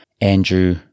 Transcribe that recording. Andrew